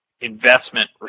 investment